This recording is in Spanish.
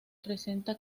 presenta